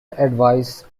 advice